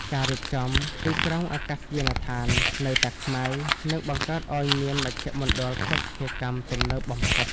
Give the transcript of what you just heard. ការរៀបចំ "ទីក្រុងអាកាសយានដ្ឋាន" នៅតាខ្មៅ នឹងបង្កើតឱ្យមានមជ្ឈមណ្ឌលភស្តុភារកម្មទំនើបបំផុត។